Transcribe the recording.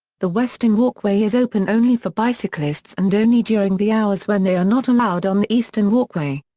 the western walkway is open only for bicyclists and only during the hours when they are not allowed on the eastern walkway.